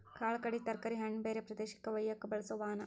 ಕಾಳ ಕಡಿ ತರಕಾರಿ ಹಣ್ಣ ಬ್ಯಾರೆ ಪ್ರದೇಶಕ್ಕ ವಯ್ಯಾಕ ಬಳಸು ವಾಹನಾ